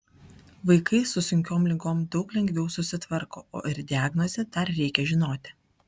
vaikai su sunkiom ligom daug lengviau susitvarko o ir diagnozę dar reikia žinoti